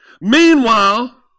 Meanwhile